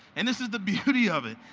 and this is the beauty of it.